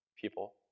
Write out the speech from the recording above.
people